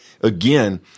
again